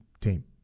team